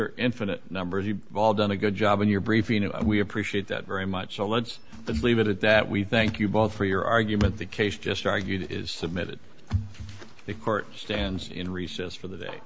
are infinite numbers vall done a good job in your briefing and we appreciate that very much so let's leave it at that we thank you both for your argument the case just argued is submitted to the court stands in recess for the day